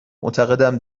معتقدم